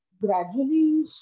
Gradually